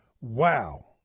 Wow